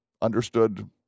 understood